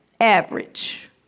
average